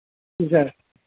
جی سر